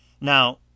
Now